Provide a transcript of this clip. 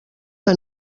que